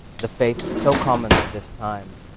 the faith so common to this time,